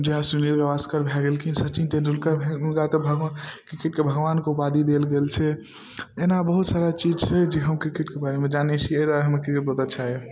जेना सुनील गवास्कर भए गेलखिन सचिन तेंदुलकर हुनका तऽ भगवान क्रिकेट के भगवान के ऊपाधि देल गेल छै एना बहुत सारा चीज छै जे हम क्रिकेटके बारेमे जानै छी अइ दुआरे हमरा क्रिकेट बहुत अच्छा यऽ